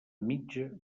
mitja